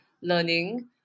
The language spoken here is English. learning